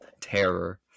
terror